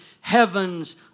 heaven's